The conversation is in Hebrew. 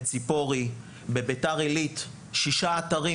בציפורי, בבית"ר עילית שישה אתרים.